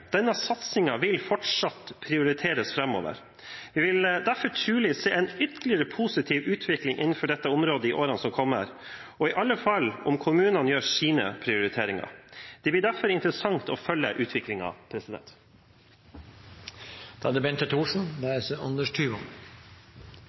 Denne satsingen vil fortsatt prioriteres framover. Vi vil derfor trolig se en ytterligere positiv utvikling innenfor dette området i årene som kommer, og i alle fall om kommunene gjør sine prioriteringer. Det blir derfor interessant å følge utviklingen. Først vil jeg takke interpellanten, som reiser denne viktige debatten. Jeg er